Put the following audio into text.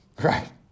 Right